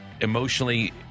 emotionally